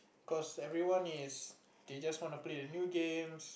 cause everyone is they just want to play the new games